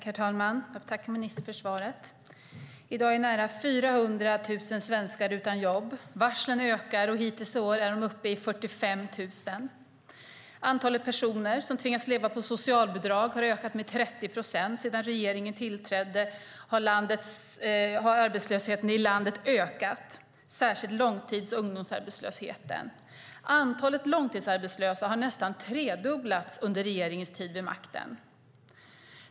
Herr talman! Tack, ministern, för svaret! I dag är nära 400 000 svenskar utan jobb. Varslen ökar, och hittills i år är de uppe i över 45 000. Antalet personer som tvingas leva på socialbidrag har ökat med 30 procent. Sedan regeringen tillträdde har arbetslösheten i landet ökat, särskilt långtids och ungdomsarbetslösheten. Antalet långtidsarbetslösa har nästan tredubblats under den här regeringens tid vid makten.